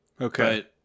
okay